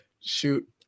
shoot